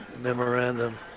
memorandum